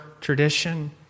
tradition